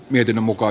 miten muka